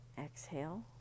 exhale